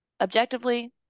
Objectively